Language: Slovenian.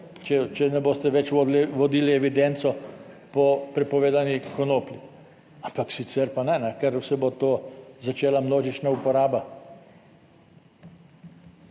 če ne boste več vodili evidenco po prepovedani konoplji. Ampak sicer pa ne, ker se bo to začela množična uporaba.